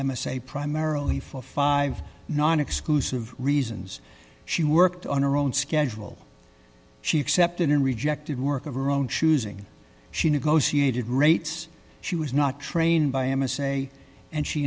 a primarily for five non exclusive reasons she worked on her own schedule she accepted and rejected work of her own choosing she negotiated rates she was not trained by emma say and she